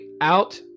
out